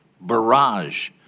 barrage